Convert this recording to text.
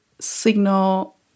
Signal